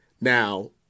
Now